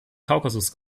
kaukasus